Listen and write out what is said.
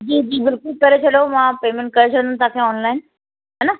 जी जी बिल्कुलु करे छॾियो मां पेमेंट करे छॾींदमि तव्हांखे ऑनलाइन ह न